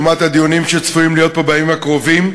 לעומת הדיונים שצפויים להיות פה בימים הקרובים.